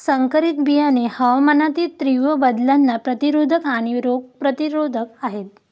संकरित बियाणे हवामानातील तीव्र बदलांना प्रतिरोधक आणि रोग प्रतिरोधक आहेत